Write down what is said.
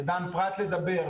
לדן פרת לדבר,